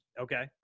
Okay